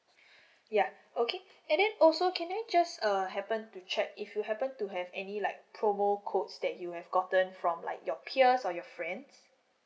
ya okay and then also can I just err happen to check if you happen to have any like promo codes that you have gotten from like your peers or your friends